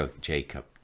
Jacob